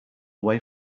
away